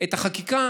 את החקיקה